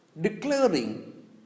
declaring